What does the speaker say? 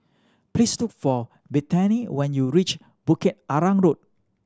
please look for Bethany when you reach Bukit Arang Road